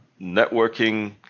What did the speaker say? networking